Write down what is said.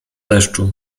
deszczu